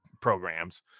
programs